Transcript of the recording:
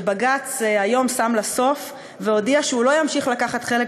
שבג"ץ היום שם לה סוף והודיע שהוא לא ימשיך לקחת חלק